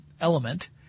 element